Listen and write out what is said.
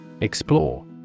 Explore